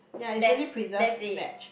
that's that's it